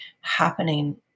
happening